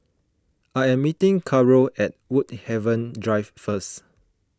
I am meeting Carole at Woodhaven Drive first